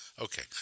okay